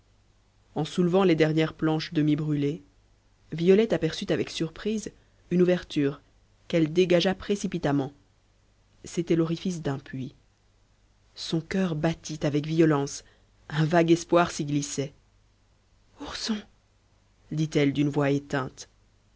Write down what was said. en soulevant les dernières planches demi brûlées violette aperçut avec surprise une ouverture qu'elle dégagea précipitamment c'était l'orifice d'un puits son coeur battit avec violence un vague espoir s'y glissait ourson dit-elle d'une voix éteinte